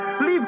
Leave